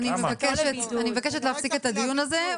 אני מבקשת להפסיק את הדיון הזה,